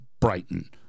brighton